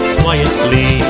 quietly